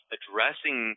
addressing